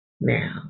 now